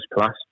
plus